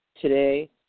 Today